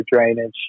drainage